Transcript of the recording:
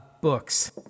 books